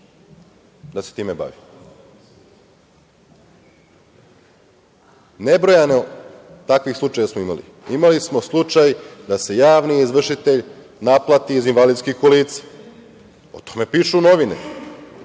da se time bavi? Nebrojeno takvih slučajeva smo imali. Imali smo slučaj da se javni izvršitelj naplati iz invalidskih kolica. O tome pišu novine,